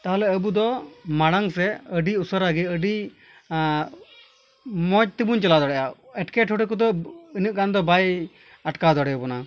ᱛᱟᱦᱚᱞᱮ ᱟᱵᱚᱫᱚ ᱢᱟᱲᱟᱝᱥᱮᱫ ᱟᱹᱰᱤ ᱩᱥᱟᱹᱨᱟᱜᱮ ᱟᱹᱰᱤ ᱢᱚᱡᱽᱛᱮᱵᱚᱱ ᱪᱟᱞᱟᱣ ᱫᱟᱲᱮᱭᱟᱜᱼᱟ ᱮᱴᱠᱮᱴᱚᱬᱮ ᱠᱚᱫᱚ ᱤᱱᱟᱹᱜ ᱜᱟᱱᱫᱚ ᱵᱟᱭ ᱟᱴᱠᱟᱣ ᱫᱟᱲᱮ ᱟᱵᱚᱱᱟ